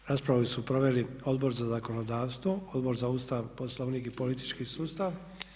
Raspravu su proveli Odbor za zakonodavstvo, Odbor za Ustav, Poslovnik i politički sustav.